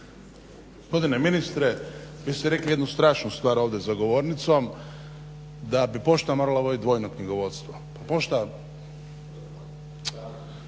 Gospodine ministre, vi ste rekli jednu strašnu stvar ovdje za govornicom, da bi pošta morala voditi dvojno knjigovodstvo, pa pošta